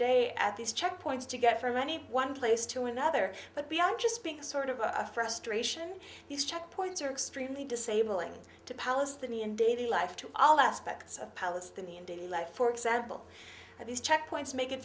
day at these checkpoints to get from any one place to another but beyond just being sort of a frustration these checkpoints are extremely disabling to palestinian daily life to all aspects of palestinian daily life for example and these checkpoints make it